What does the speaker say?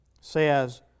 says